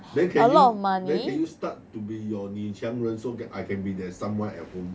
then can you then can you start to be your 女强人 so that I can be that someone at home